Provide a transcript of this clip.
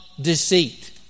deceit